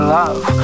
love